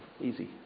Easy